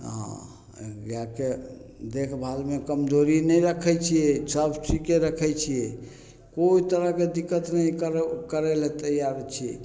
हँ गायके देखभालमे कमजोरी नहि रखय छियै सब ठीके रखय छियै कोइ तरहके दिक्कत नहि कर करय लए तैयार छियै